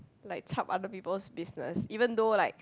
like chap other people's business even though like